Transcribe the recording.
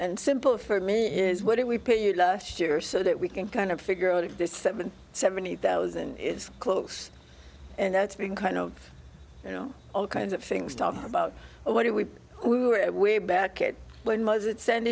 and simple for me is what do we pay you last year so that we can kind of figure out if this seven seventy thousand is close and that's being kind of you know all kinds of things talk about what do we we were it way back when most it send